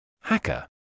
Hacker